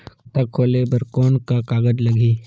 खाता खोले बर कौन का कागज लगही?